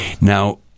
now